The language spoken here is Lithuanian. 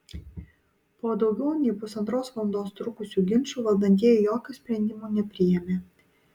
po daugiau nei pusantros valandos trukusių ginčų valdantieji jokio sprendimo nepriėmė